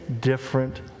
different